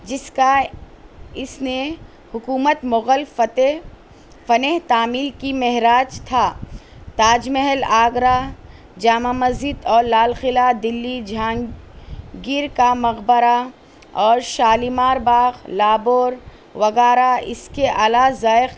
جس کا اس نے حكومت مغل فتح فنِ تعمير كى معراج تھا تاج محل آگرہ جامع مسجد اور لال قلعہ دلی جہاںگیر کا مقبرہ اور شالیمار باغ لاہور وغیرہ اس کے اعلی ذائق